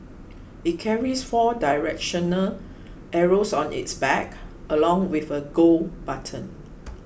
it carries four directional arrows on its back along with a Go button